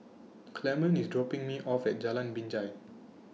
Clemon IS dropping Me off At Jalan Binjai